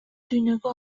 дүйнөгө